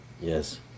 yes